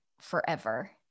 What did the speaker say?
forever